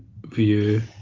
view